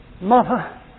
Mother